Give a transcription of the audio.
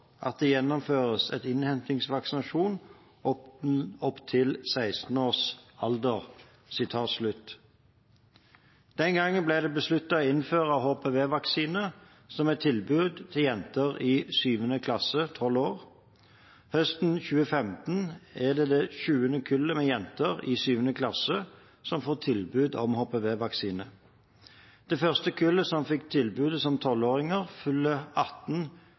at det gjennomføres innhentingsvaksinasjon opp til 16 års alder.» Den gangen ble det besluttet å innføre HPV-vaksine som et tilbud til jenter i 7. klasse, 12 år. Høsten 2015 er det det sjuende kullet med jenter i 7. klasse som får tilbud om HPV-vaksine. Det første kullet som fikk tilbudet som